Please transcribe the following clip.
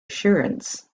assurance